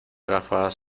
gafas